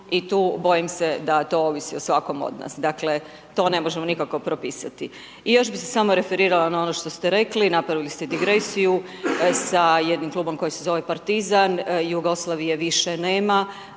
i tu bojim se da to ovisi o svakom od nas. Dakle to ne možemo nikako propisati. I još bih se samo referirala na ono što ste rekli napravili ste digresiju sa jednim klubom koji se zove Partizan, Jugoslavije više nema